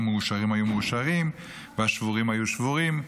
המאושרים היו מאושרים והשבורים היו שבורים,